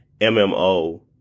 MMO